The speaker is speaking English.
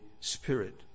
spirit